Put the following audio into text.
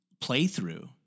playthrough